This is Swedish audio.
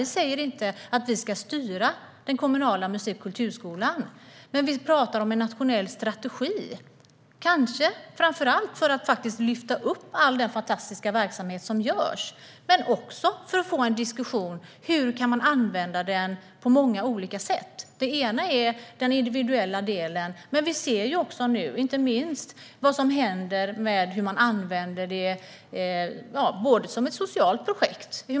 Vi säger inte att vi ska styra den kommunala musik och kulturskolan. Men vi talar om en nationell strategi, kanske framför allt för att lyfta fram all den fantastiska verksamhet som finns men också för att få en diskussion om hur den kan användas på många olika sätt. En sak är den individuella delen. Men vi ser också nu inte minst hur man använder det som ett socialt projekt.